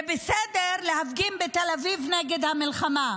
זה בסדר להפגין בתל אביב נגד המלחמה,